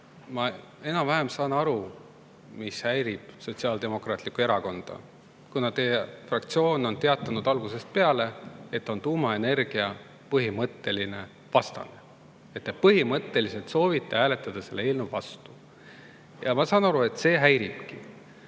Ma enam-vähem saan aru, mis häirib Sotsiaaldemokraatlikku Erakonda, kuna teie fraktsioon on teatanud algusest peale, et on tuumaenergia põhimõtteline vastane, et te põhimõtteliselt soovite hääletada selle eelnõu vastu. Ja ma saan aru, et see häiribki.